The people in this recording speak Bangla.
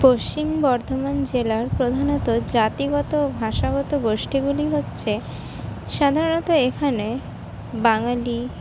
পশ্চিম বর্ধমান জেলার প্রধানত জাতিগত ও ভাষাগত গোষ্ঠীগুলি হচ্ছে সাধারণত এখানে বাঙালি